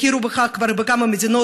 הכירו בכך כבר בכמה מדינות,